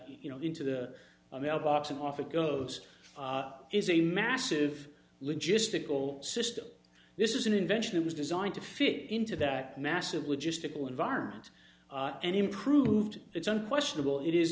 you know into the mailbox and off it goes is a massive logistical system this is an invention it was designed to fit into that massive logistical environment and improved it's unquestionable it is